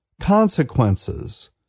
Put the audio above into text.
consequences